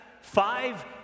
five